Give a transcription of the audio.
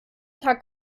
tag